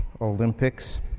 Olympics